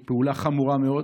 היא פעולה חמורה מאוד.